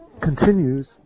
continues